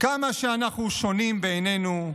כמה שאנחנו שונים בעינינו,